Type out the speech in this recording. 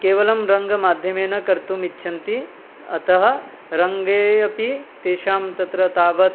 केवलं रङ्गमाध्यमेन कर्तुम् इच्छन्ति अतः रङ्गे अपि तेषां तत्र तावत्